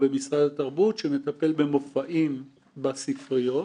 כאשר לא תמיד ברור מי בעל הזכויות,